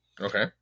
okay